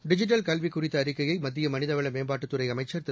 digital கல்வி குறித்த அறிக்கையை மத்திய மனிதவள மேம்பாட்டுத் துறை அமைச்சர் திரு